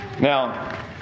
Now